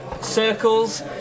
circles